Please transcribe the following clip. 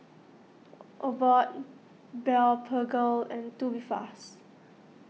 Abbott Blephagel and Tubifast